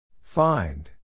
Find